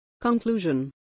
Conclusion